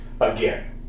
again